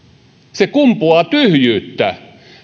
se kumpuaa tyhjyyttä